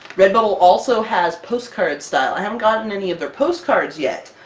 redbubble also has postcard style. i haven't gotten any of their postcards yet,